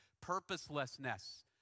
purposelessness